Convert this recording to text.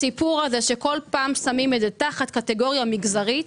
הסיפור הזה שכל פעם שמים את זה תחת קטגוריה מגזרית,